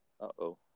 Uh-oh